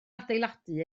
adeiladu